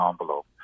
envelope